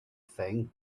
thing